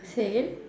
say again